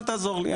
אל תעזור לי.